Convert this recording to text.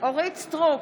אורית מלכה סטרוק,